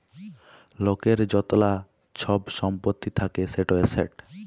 লকের য্তলা ছব ছম্পত্তি থ্যাকে সেট এসেট